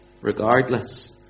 regardless